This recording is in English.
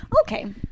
Okay